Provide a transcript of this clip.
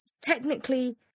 technically